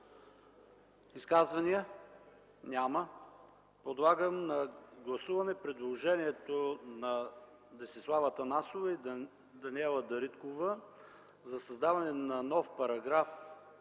Изказвания има ли? Няма. Подлагам на гласуване предложението на Десислава Атанасова и Даниела Дариткова за създаване на § 4